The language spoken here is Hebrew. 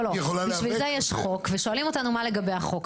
בשביל זה יש חוק ושואלים אותנו מה לגבי החוק.